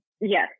Yes